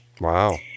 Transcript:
Wow